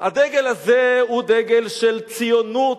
הדגל הזה הוא דגל של ציונות,